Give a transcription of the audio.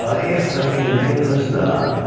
if they can get this done.